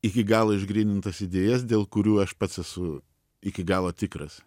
iki galo išgrynintas idėjas dėl kurių aš pats esu iki galo tikras